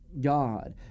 God